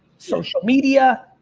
social media,